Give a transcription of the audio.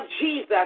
Jesus